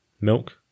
milk